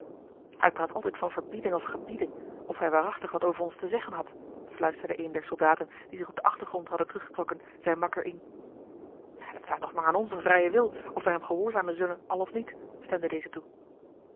hij praat altijd van verbieden of gebieden of hij waarachtig wat over ons te zeggen had fluisterde een der soldaten die zich op den achtergrond hadden teruggetrokken zijn makker in en het staat toch maar aan onzen vrijen wil of wij hem gehoorzamen zullen al of niet stemde deze toe